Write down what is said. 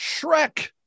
Shrek